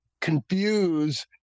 confuse